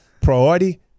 priority